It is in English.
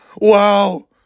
Wow